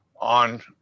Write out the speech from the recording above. on